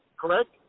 Correct